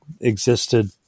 existed